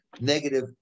negative